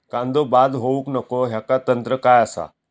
कांदो बाद होऊक नको ह्याका तंत्र काय असा?